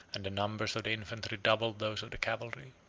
and the numbers of the infantry doubled those of the cavalry.